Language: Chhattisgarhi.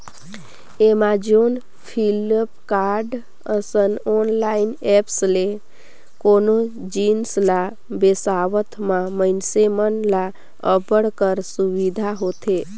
एमाजॉन, फ्लिपकार्ट, असन ऑनलाईन ऐप्स ले कोनो जिनिस ल बिसावत म मइनसे मन ल अब्बड़ कर सुबिधा होथे